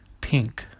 pink